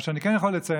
מה שאני כן יכול לציין,